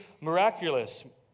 miraculous